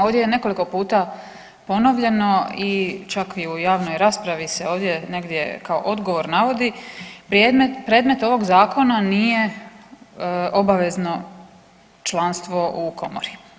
Ovdje je nekoliko puta ponovljeno i čak i u javnoj raspravi se ovdje negdje kao odgovor navodi, predmet ovog Zakona nije obavezno članstvo u Komori.